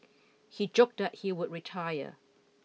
he joked that he would retire